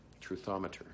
truthometer